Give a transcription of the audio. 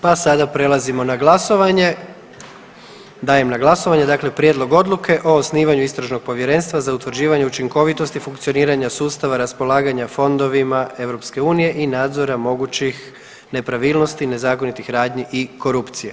Pa sada prelazimo na glasovanje, dajem na glasovanje dakle Prijedlog odluke o osnivanju istražnog povjerenstva za utvrđivanje učinkovitosti funkcioniranja sustava raspolaganja fondovima EU i nadzora mogućih nepravilnosti, nezakonitih radnji i korupcije.